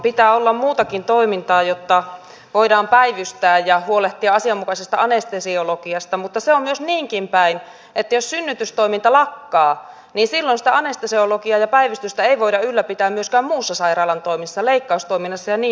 pitää olla muutakin toimintaa jotta voidaan päivystää ja huolehtia asianmukaisesta anestesiologiasta mutta se on myös niinkin päin että jos synnytystoiminta lakkaa niin silloin sitä anestesiologiaa ja päivystystä ei voida ylläpitää myöskään muissa sairaalan toimissa leikkaustoiminnassa ja niin edelleen